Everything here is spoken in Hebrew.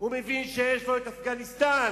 הוא מבין שיש לו את אפגניסטן.